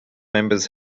members